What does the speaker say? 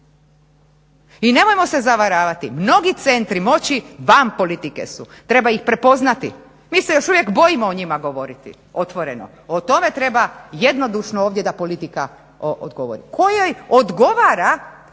I nemojmo se zavaravati mnogi centri moći van politike su, treba ih prepoznati, mi se još uvijek bojimo o njima govoriti otvoreno. O tome treba jednodušno ovdje da politika odgovori kojoj odgovara